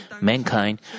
Mankind